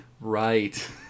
Right